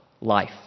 life